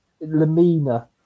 Lamina